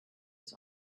was